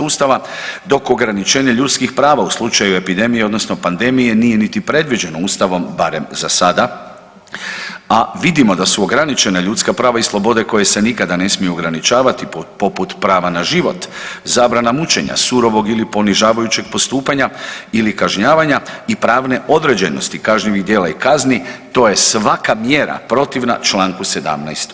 Ustava dok ograničenje ljudskih prava u slučaju epidemije odnosno pandemije nije niti predviđeno Ustavom, barem za sada, a vidimo da su ograničenja ljudska prava i slobode koje se nikada ne smiju ograničavati poput prava na život, zabrana mučenja, surovog ili ponižavajućeg postupanja ili kažnjavanja i pravne određenosti kažnjivih djela i kazni to je svaka mjera protivna čl. 17.